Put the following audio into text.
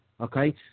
Okay